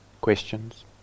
questions